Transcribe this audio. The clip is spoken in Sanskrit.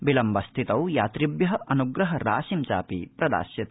विलम्ब स्थित्यां यात्रिभ्य अनुग्रह राशिं चापि प्रदास्यति